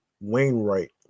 Wainwright